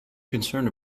concerned